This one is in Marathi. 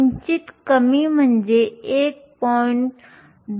किंचित कमी म्हणजे 1